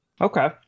Okay